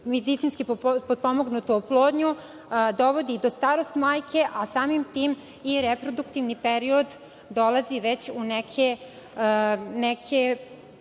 biomedicinski potpomognutu oplodnju dovodi do starosti majke, a samim tim i reproduktivni period dolazi u već neko